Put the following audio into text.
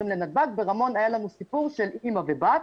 ברמון היה לנו סיפור של אימא ובת,